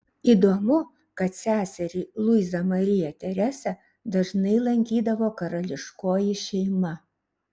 įdomu kad seserį luizą mariją teresę dažnai lankydavo karališkoji šeima